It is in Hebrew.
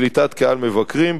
קליטת קהל מבקרים,